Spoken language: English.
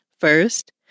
First